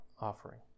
offering